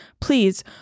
Please